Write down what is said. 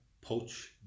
poach